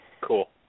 Cool